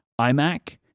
iMac